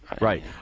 Right